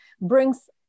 brings